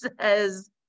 says